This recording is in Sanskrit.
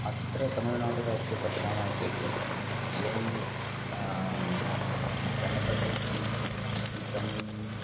अत्र तमिळ्नाडुराज्ये पश्यामः चेत् एवं जनपदगीतं गीतम्